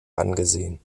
angesehen